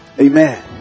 Amen